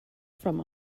from